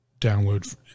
download